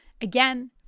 Again